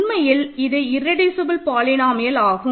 உண்மையில் இது irreducible polynomial ஆகும்